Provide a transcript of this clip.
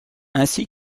ainsi